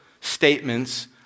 statements